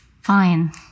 Fine